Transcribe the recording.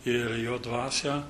ir jo dvasią